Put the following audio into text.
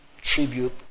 tribute